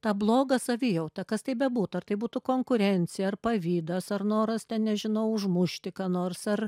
tą blogą savijautą kas tai bebūtų ar tai būtų konkurencija ar pavydas ar noras ten nežinau užmušti ką nors ar